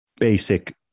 basic